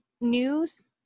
news